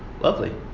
Lovely